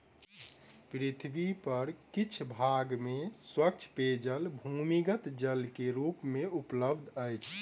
पृथ्वी पर किछ भाग में स्वच्छ पेयजल भूमिगत जल के रूप मे उपलब्ध अछि